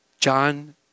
John